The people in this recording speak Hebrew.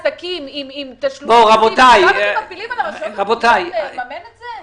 עכשיו אתם מפילים על הרשויות המקומיות שיממנו את זה?